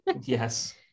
Yes